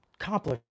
accomplished